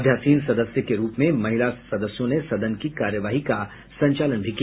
अध्यासीन सदस्य के रूप में महिला सदस्यों ने सदन की कार्यवाही का संचालन भी किया